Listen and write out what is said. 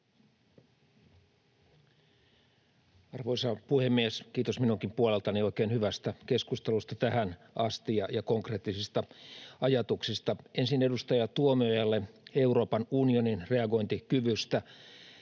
Arvoisa puhemies! Kiitos minunkin puoleltani oikein hyvästä keskustelusta tähän asti ja konkreettisista ajatuksista. — Ensin edustaja Tuomiojalle Euroopan unionin reagointikyvystä: